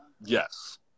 yes